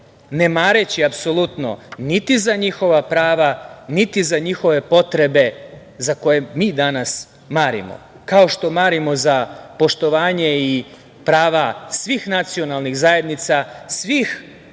ne mareći apsolutno niti za njihova prava niti za njihove potrebe za koje mi danas marimo. Kao što marimo za poštovanje i prava svih nacionalnih zajednica, svih